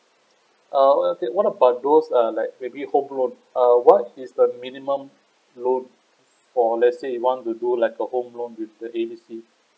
uh what about those uh like maybe home loan uh what is the minimum loan for let's say we want to do like a home loan with the A B C